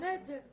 תשנה את זה.